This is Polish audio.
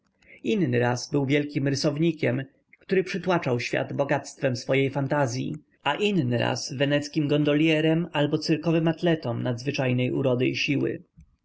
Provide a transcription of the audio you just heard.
inny raz był wielkim rysownikiem który przytłaczał świat bogactwem swojej fantazyi a inny raz weneckim gondolierem albo cyrkowym atletą nadzwyczajnej urody i siły